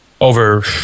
over